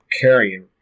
carrying